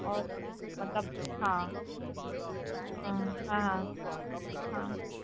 اور مطلب ہاں ہاں ہاں ہاں ہاں